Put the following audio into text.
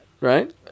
right